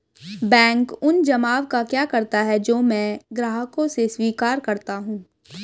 Bank उन जमाव का क्या करता है जो मैं ग्राहकों से स्वीकार करता हूँ?